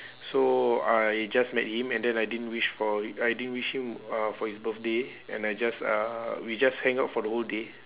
so I just met him and then I didn't wish for I didn't wish him uh for his birthday and I just uh we just hang out for the whole day